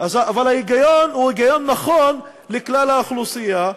אבל ההיגיון הוא היגיון נכון, לכלל האוכלוסייה.